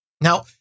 Now